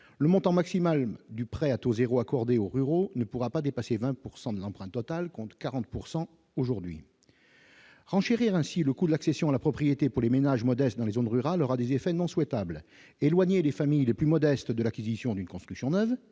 le montant maximal du prêt à taux 0 accordée aux ruraux ne pourra pas dépasser 20 pourcent de de l'emprunt total compte 40 pourcent aujourd'hui aujourd'hui renchérir ainsi le coût de l'accession à la propriété pour les ménages modestes dans les zones rurales aura des effets non souhaitables, les familles les plus modestes, de l'acquisition d'une construction neuve